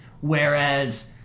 Whereas